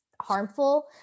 harmful